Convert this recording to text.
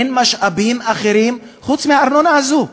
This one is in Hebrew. אין משאבים אחרים חוץ מהארנונה הזאת.